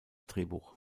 drehbuch